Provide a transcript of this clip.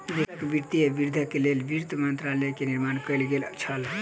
देशक वित्तीय वृद्धिक लेल वित्त मंत्रालय के निर्माण कएल गेल छल